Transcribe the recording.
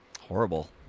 Horrible